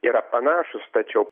yra panašūs tačiau